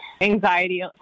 Anxiety